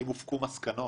האם הוסקו מסקנות?